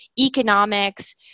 economics